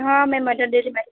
હા મેં મધરડેરી માંથી બોલું છું